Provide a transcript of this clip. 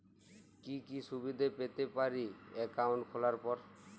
কি কি সুবিধে পেতে পারি একাউন্ট খোলার পর?